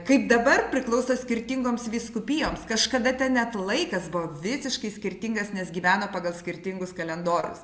kaip dabar priklauso skirtingoms vyskupijoms kažkada ten net laikas buvo visiškai skirtingas nes gyveno pagal skirtingus kalendorius